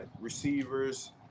receivers